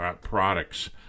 products